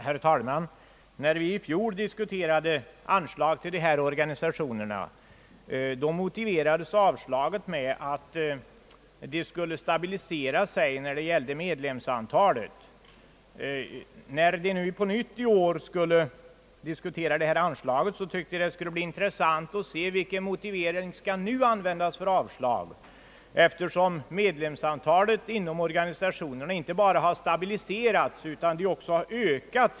Herr talman! När vi i fjol diskuterade frågan om anslag till de organisationer det här gäller, motiverades avslaget av framställningarna om bidrag till dem med att de skulle stabilisera sig när det gäller medlemsantalet. När vi nu i år på nytt skulle diskutera frågan om dessa bidrag tyckte jag att det skulle bli intressant att se vilken motivering som skulle användas för avslag, eftersom medlemsantalet i organisationerna inte bara stabiliserats utan också ökat.